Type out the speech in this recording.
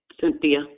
cynthia